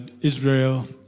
Israel